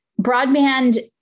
broadband